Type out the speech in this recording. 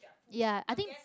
ya I think